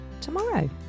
tomorrow